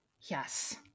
Yes